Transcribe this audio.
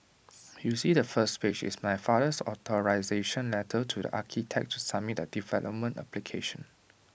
you see the first page is my father's authorisation letter to the architect to submit the development application